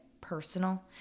personal